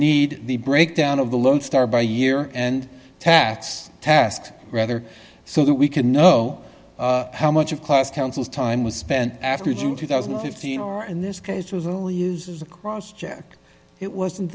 need the breakdown of the lone star by a year and tax task rather so that we can know how much of class councils time was spent after two thousand and fifteen or in this case was only used as a cross check it wasn't